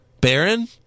Baron